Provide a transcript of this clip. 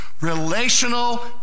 relational